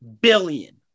billion